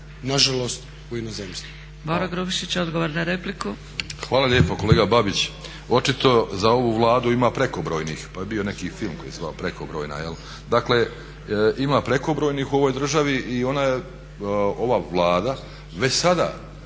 Nažalost, u inozemstvu.